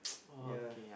ya